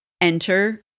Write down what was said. Enter